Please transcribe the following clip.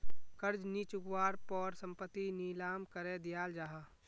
कर्ज नि चुक्वार पोर संपत्ति नीलाम करे दियाल जाहा